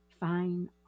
fine